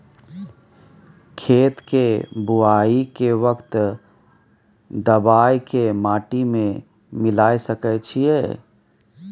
खेत के बुआई के वक्त दबाय के माटी में मिलाय सके छिये?